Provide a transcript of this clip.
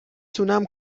تونم